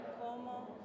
como